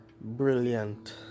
brilliant